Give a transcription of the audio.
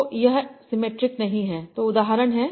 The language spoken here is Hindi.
तो यह सीमेट्रिक नहीं है तो उदाहरण है